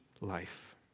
life